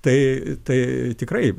tai tai tikrai